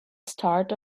start